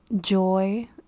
joy